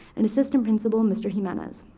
and assistant principal, mr. jimenez,